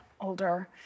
older